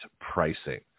pricing